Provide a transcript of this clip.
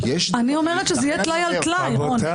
אני אומרת שזה יהיה טלאי על טלאי, רון.